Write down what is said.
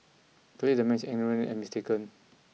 clearly the man is ignorant and mistaken